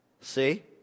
See